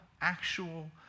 actual